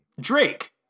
Drake